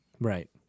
right